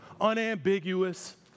Unambiguous